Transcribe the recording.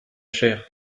cher